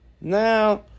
now